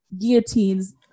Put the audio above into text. guillotines